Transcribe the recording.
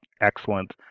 excellent